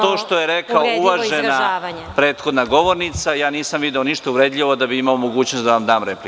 To što je rekao – uvažena prethodna govornica, nisam video ništa uvredljivo da bih imao mogućnost da vam dam repliku.